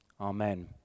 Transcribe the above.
Amen